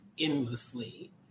endlessly